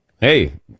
Hey